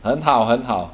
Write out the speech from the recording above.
很好很好